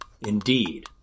Indeed